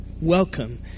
Welcome